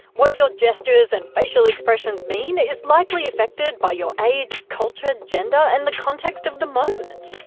what your gestures and facial expressions mean is likely affected by your age, culture, gender, and the context of the moment.